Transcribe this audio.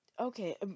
Okay